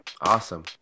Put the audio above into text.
Awesome